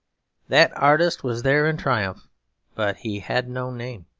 that artist was there in triumph but he had no name.